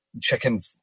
chicken